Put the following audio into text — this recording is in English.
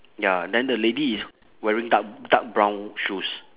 ya then the lady is wearing dark dark brown shoes